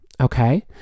Okay